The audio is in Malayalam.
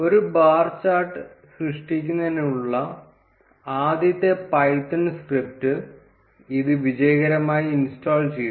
ഒരു ബാർ ചാർട്ട് സൃഷ്ടിക്കുന്നതിനുള്ള ആദ്യത്തെ പൈത്തൺ സ്ക്രിപ്റ്റ് ഇത് വിജയകരമായി ഇൻസ്റ്റാൾ ചെയ്തു